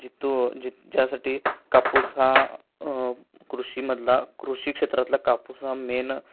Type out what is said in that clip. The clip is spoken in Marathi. जितू जित ज्यासाठी कापूस हा कृषीमधला कृषी क्षेत्रातला कापूस हा मेन